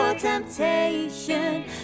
temptation